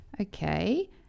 okay